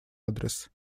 адрес